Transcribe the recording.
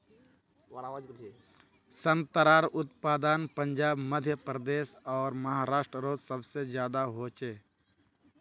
संत्रार उत्पादन पंजाब मध्य प्रदेश आर महाराष्टरोत सबसे ज्यादा होचे